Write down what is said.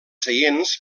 seients